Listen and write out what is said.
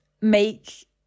make